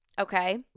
Okay